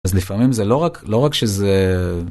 אז לפעמים זה לא רק.. לא רק שזה.